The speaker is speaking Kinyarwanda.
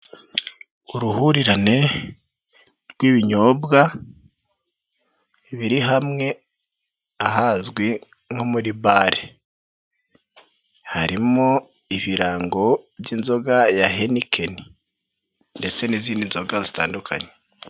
Uruhurirane rw'ibinyobwa biri hamwe ahazwi nko muri bare, harimo ibirango by'inzoga ya Heinken, ndetse n'izindi nzoga zitandukanye.